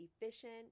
efficient